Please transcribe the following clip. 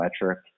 metric